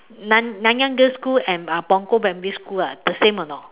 nan~ Nanyang girls school and uh Punggol primary school ah the same or not